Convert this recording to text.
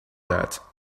that